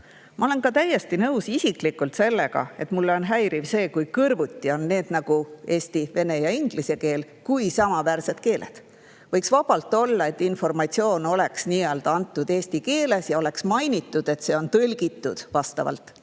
Ma olen täiesti nõus ka isiklikult sellega, et on häiriv, kui kõrvuti on eesti, vene ja inglise keel kui samaväärsed keeled. Võiks vabalt olla, et informatsioon on antud eesti keeles ja oleks mainitud, et see on tõlgitud teistesse